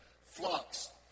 flocks